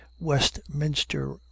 Westminster